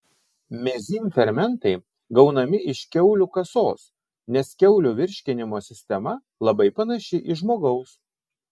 mezym fermentai gaunami iš kiaulių kasos nes kiaulių virškinimo sistema labai panaši į žmogaus